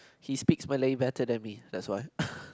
he speaks malay better than me that's why